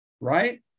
Right